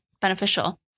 beneficial